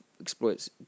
Exploits